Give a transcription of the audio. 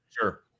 sure